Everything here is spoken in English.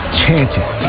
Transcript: chanting